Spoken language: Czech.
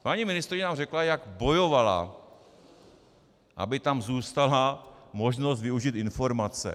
Paní ministryně nám řekla, jak bojovala, aby tam zůstala možnost využít informace.